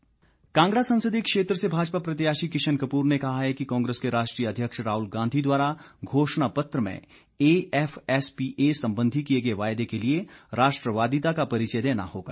किशन कपूर कांगड़ा संसदीय क्षेत्र से भाजपा प्रत्याशी किशन कपूर ने कहा कि कांग्रेस के राष्ट्रीय अध्यक्ष राहुल गांधी द्वारा घोषणा पत्र में एएफएसपीए सबंधी किए गए वायदे के लिए राष्ट्रवादिता का परिचय देना होगा